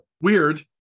weird